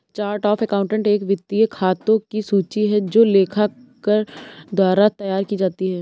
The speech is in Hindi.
चार्ट ऑफ़ अकाउंट एक वित्तीय खातों की सूची है जो लेखाकार द्वारा तैयार की जाती है